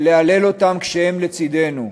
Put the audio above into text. ולהלל אותם כשהם לצדנו.